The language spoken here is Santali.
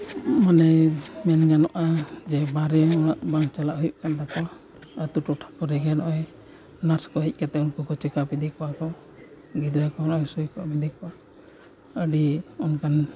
ᱢᱟᱱᱮ ᱢᱮᱱᱜᱟᱱᱚᱜᱼᱟ ᱡᱮ ᱵᱟᱨᱦᱮ ᱩᱱᱟᱹᱜ ᱵᱟᱝ ᱪᱟᱞᱟᱜ ᱦᱩᱭᱩᱜ ᱠᱟᱱ ᱛᱟᱠᱚᱣᱟ ᱟᱛᱳ ᱴᱚᱴᱷᱟ ᱠᱚᱨᱮ ᱜᱮ ᱱᱚᱜᱼᱚᱸᱭ ᱱᱟᱨᱥ ᱠᱚ ᱦᱮᱡ ᱠᱟᱛᱮ ᱩᱱᱠᱩ ᱠᱚ ᱪᱮᱠ ᱟᱯ ᱤᱫᱤ ᱠᱚᱣᱟ ᱠᱚ ᱜᱤᱫᱽᱨᱟᱹ ᱠᱚ ᱦᱚᱸ ᱥᱩᱭ ᱠᱚ ᱮᱢ ᱤᱫᱤ ᱠᱚᱣᱟ ᱟᱹᱰᱤ ᱚᱱᱠᱟᱱ